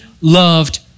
loved